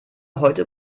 heute